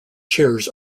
chairs